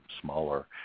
smaller